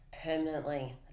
permanently